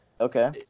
Okay